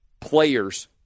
Players